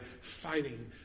fighting